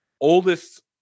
oldest